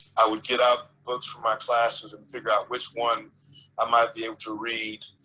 i would get out books for my classes and figure out which one i might be able to read